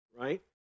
right